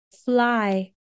Fly